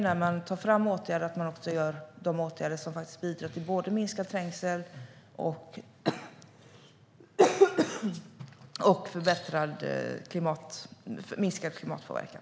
När man föreslår åtgärder gäller det att man vidtar åtgärder som bidrar till både minskad trängsel och minskad klimatpåverkan.